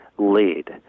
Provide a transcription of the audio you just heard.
Lead